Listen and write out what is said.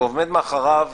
ועומד מאחוריו